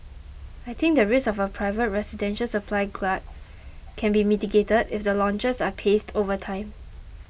I think the risk of a private residential supply glut can be mitigated if the launches are paced over time